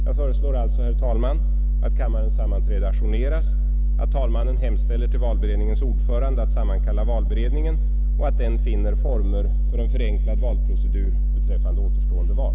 Jag föreslår alltså, herr talman, att kammarens sammanträde ajourneras, att talmannen hemställer till valberedningens ordförande att sammankalla valberedningen och att denna finner former för en förenklad valprocedur beträffande återstående val.